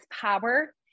power